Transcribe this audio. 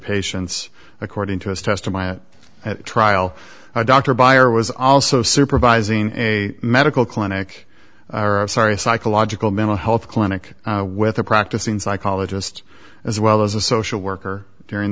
patients according to his testimony at trial a doctor buyer was also supervising a medical clinic sorry a psychological mental health clinic with a practicing psychologist as well as a social worker during